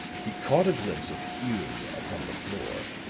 he caught a glimpse of hume upon the floor